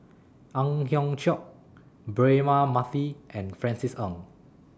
Ang Hiong Chiok Braema Mathi and Francis Ng